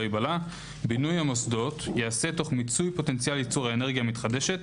ייבלע בינוי המוסדות ייעשה תוך מיצוי פוטנציאל ייצור האנרגיה המתחדשת,